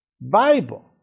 Bible